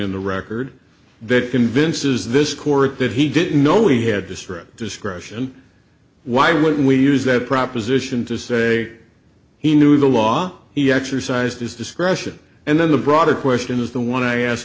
in the record that convinces this court that he didn't know we had to strip discretion why would we use that proposition to say he knew the law he exercised his discretion and then the broader question is the one i asked